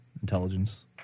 Intelligence